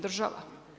Država?